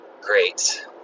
great